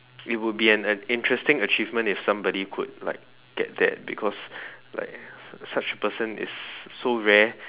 it would be an an interesting achievement if somebody could like get that because like such a person is so rare